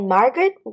Margaret